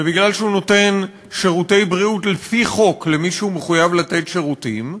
ומכיוון שהוא נותן שירותי בריאות לפי חוק למי שהוא מחויב לתת שירותים,